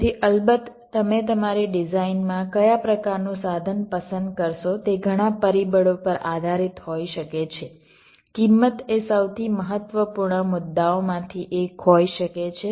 તેથી અલબત્ત તમે તમારી ડિઝાઇનમાં કયા પ્રકારનું સાધન પસંદ કરશો તે ઘણા પરિબળો પર આધારિત હોઈ શકે છે કિંમત એ સૌથી મહત્વપૂર્ણ મુદ્દાઓમાંથી એક હોઈ શકે છે